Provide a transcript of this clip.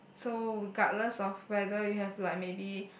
so regardless of whether you have like maybe